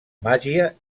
màgia